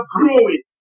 growing